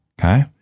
Okay